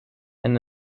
and